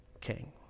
king